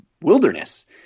wilderness